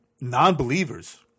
non-believers